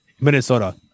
Minnesota